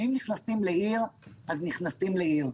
אם נכנסים לעיר, אז נכנסים לעיר.